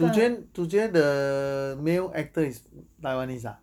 主角主角 the male actor is taiwanese ah